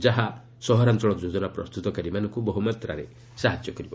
ଯାହା ସହରାଞଳ ଯୋଜନା ପ୍ରସ୍ତୁତକାରୀମାନଙ୍କୁ ବହ୍ରମାତ୍ରାରେ ସାହାଯ୍ୟ କରିବ